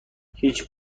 هیچ